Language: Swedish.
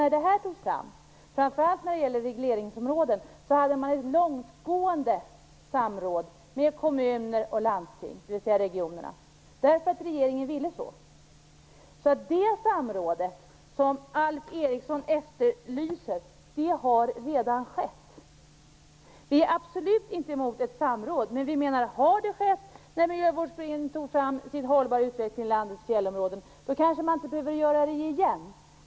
När det här togs fram, framför allt när det gäller regleringsområden hade man långtgående samråd med kommuner och landsting, dvs. regionerna, därför att regeringen ville det så. Det samråd som Alf Eriksson efterlyser har redan skett. Vi är absolut inte emot ett samråd, men vi menar att när det varit ett samråd i samband med att Miljövårdsberedningen tog fram sitt betänkande om en hållbar utveckling i landets fjällområden, kanske det inte behöver göras igen.